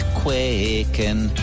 quaking